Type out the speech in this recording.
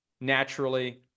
naturally